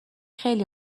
خیلی